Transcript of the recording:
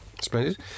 Splendid